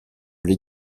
les